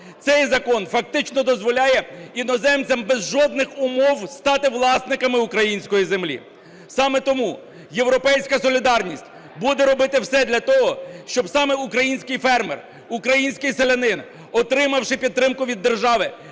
Цей закон фактично дозволяє іноземцям без жодних умов стати власниками української землі. Саме тому "Європейська солідарність" буде робити все для того, щоб саме український фермер, український селянин, отримавши підтримку від держави,